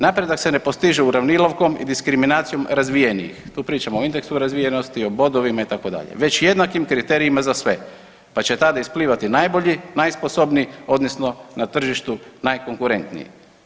Napredak se ne postiže uravnilovkom i diskriminacijom razvijenih, tu pričamo o indeksu razvijenosti, o bodovima, itd., već jednakim kriterijima za sve pa će tada isplivati najbolji, najsposobniji, odnosno na tržištu najkonkurentniji.